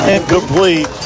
incomplete